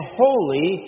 holy